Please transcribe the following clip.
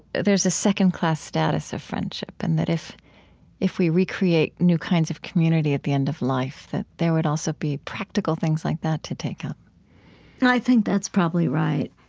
there's a second-class status of friendship and that if if we re-create new kinds of community at the end of life, there would also be practical things like that to take up i think that's probably right.